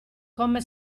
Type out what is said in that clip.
come